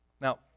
Now